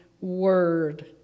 word